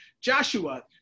Joshua